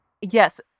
yes